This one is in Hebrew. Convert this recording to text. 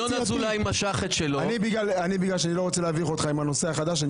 לא רוצה להביך אותך עם הנושא החדש,